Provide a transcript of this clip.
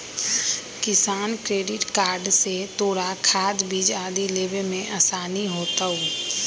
किसान credit card से तोरा खाद, बीज आदि लेवे में आसानी होतउ